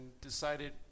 decided